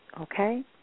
Okay